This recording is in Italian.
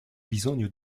bisogno